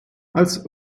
als